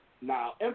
now